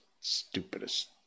stupidest